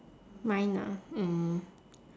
mine ah mm